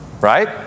right